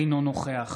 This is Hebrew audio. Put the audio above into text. אינו נוכח